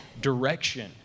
direction